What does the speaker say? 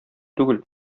түгел